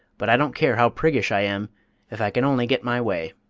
but i don't care how priggish i am if i can only get my way!